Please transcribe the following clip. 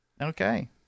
Okay